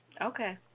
Okay